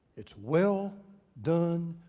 it's well done,